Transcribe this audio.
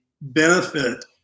benefit